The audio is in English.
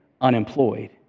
unemployed